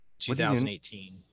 2018